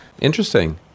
Interesting